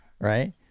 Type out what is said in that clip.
Right